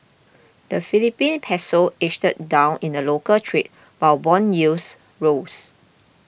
the Philippine Peso edged down in local trade while bond yields rose